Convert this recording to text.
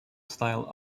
style